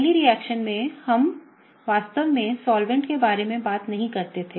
पहली रिएक्शन में हम वास्तव में विलायक के बारे में बात नहीं करते थे